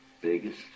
biggest